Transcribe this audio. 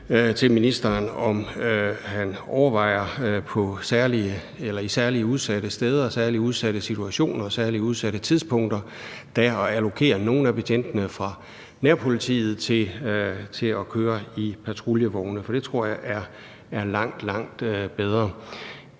til ministeren bl.a. være, om han overvejer på særlig udsatte steder, i særlig udsatte situationer og på særlig udsatte tidspunkter at allokere nogle af betjentene fra nærpolitiet til at køre i patruljevogne, for det tror jeg er langt, langt bedre.